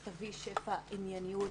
שתביא שפע ענייניות,